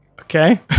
Okay